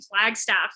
Flagstaff